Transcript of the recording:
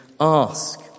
ask